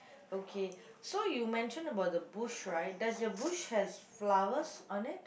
okay so you mentioned about the bush right does your bush has flowers on it